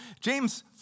James